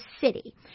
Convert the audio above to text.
city